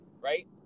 right